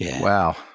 Wow